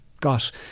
got